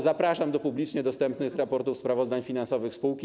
Zapraszam do publicznie dostępnych raportów, sprawozdań finansowych spółki.